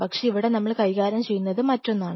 പക്ഷേ ഇവിടെ നമ്മൾ കൈകാര്യം ചെയ്യുന്നത് അത് മറ്റൊന്നാണ്